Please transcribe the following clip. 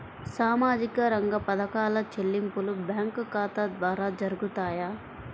సామాజిక రంగ పథకాల చెల్లింపులు బ్యాంకు ఖాతా ద్వార జరుగుతాయా?